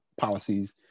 policies